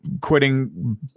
quitting